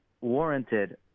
warranted